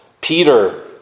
Peter